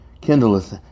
kindleth